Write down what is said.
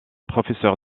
professeur